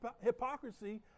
hypocrisy